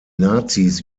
nazis